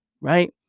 Right